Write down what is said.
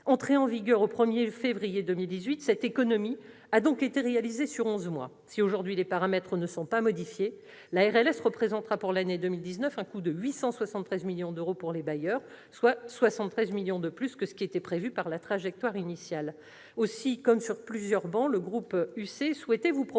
Entrée en vigueur au 1 février 2018, cette économie a donc été réalisée en onze mois. Si, aujourd'hui, les paramètres ne sont pas modifiés, la RLS représentera pour l'année 2019 un coût de 873 millions d'euros pour les bailleurs sociaux, soit 73 millions de plus que ce qui était prévu dans la trajectoire initiale. Aussi, les membres du groupe Union Centriste,